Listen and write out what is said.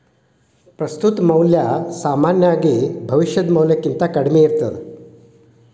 ಪ್ರಸ್ತುತ ಮೌಲ್ಯ ಸಾಮಾನ್ಯವಾಗಿ ಭವಿಷ್ಯದ ಮೌಲ್ಯಕ್ಕಿಂತ ಕಡ್ಮಿ ಇರ್ತದ